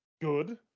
Good